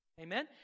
Amen